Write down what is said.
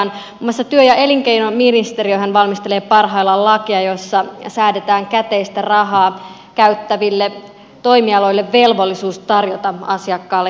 muun muassa työ ja elinkeinoministeriöhän valmistelee parhaillaan lakia jossa säädetään käteistä rahaa käyttäville toimialoille velvollisuus tarjota asiakkaalle kuitti